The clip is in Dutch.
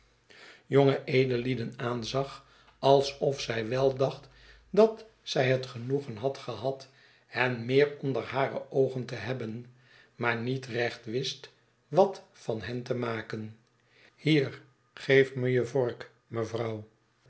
jonge edellieden aanzag alsof zij wel dacht dat zij het genoegen had gehad hen meer onderhare oogen te hebben maar niet recht wist wat van hen te maken hier geef me je vork rnevjrouw